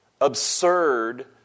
absurd